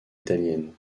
italienne